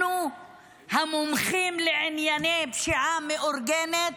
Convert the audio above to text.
אנחנו המומחים לענייני פשיעה מאורגנת,